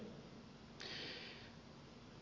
puhemies